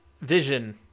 vision